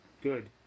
good